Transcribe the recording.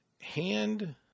hand